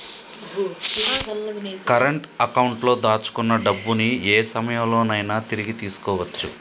current అకౌంట్లో దాచుకున్న డబ్బుని యే సమయంలోనైనా తిరిగి తీసుకోవచ్చు